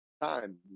time